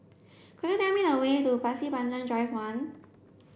could you tell me the way to Pasir Panjang Drive one